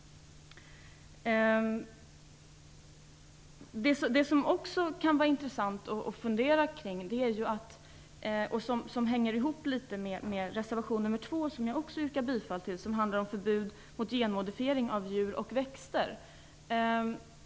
Det kan också vara intressant att fundera kring något som hänger ihop litet med reservation nr 2, som jag också yrkar bifall till och som handlar om förbud mot genmodifiering av djur och växter.